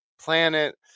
planet